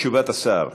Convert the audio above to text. תשובת השר,